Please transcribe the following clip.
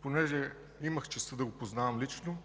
Понеже имах честта да го познавам лично,